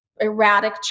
erratic